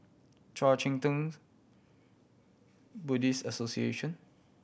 Kuang Chee Tng's Buddhist Association